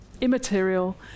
immaterial